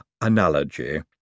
analogy